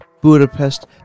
Budapest